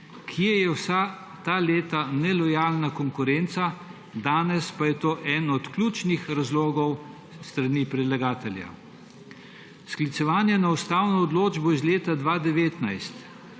Kje je vsa ta leta nelojalna konkurenca, danes pa je to eden od ključnih razlogov s strani predlagatelja? Sklicevanje na ustavno odločbo iz leta 2019